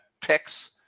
picks